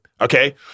okay